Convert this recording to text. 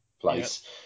place